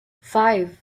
five